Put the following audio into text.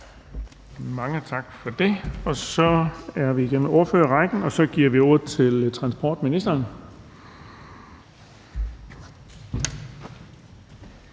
Mange tak for det. Så er vi igennem ordførerrækken, og så giver vi ordet til transportministeren.